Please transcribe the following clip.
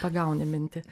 pagauni mintį